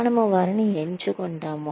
మనము వారిని ఎంచుకుంటాము